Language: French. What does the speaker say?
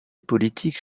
politique